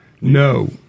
No